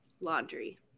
Laundry